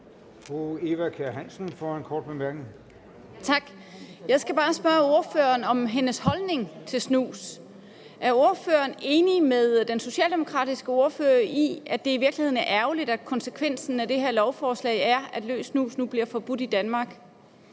Jeg skal bare spørge ordføreren om hendes holdning til snus. Er ordføreren enig med den socialdemokratiske ordfører i, at det i virkeligheden er ærgerligt, at konsekvensen af det her lovforslag er, at løs snus nu bliver forbudt i Danmark?